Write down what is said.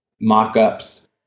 mock-ups